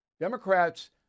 Democrats